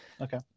okay